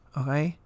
okay